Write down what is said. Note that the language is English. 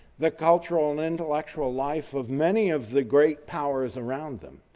the cultural and intellectual life of many of the great powers around them.